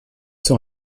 sont